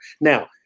Now